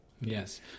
Yes